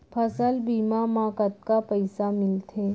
फसल बीमा म कतका पइसा मिलथे?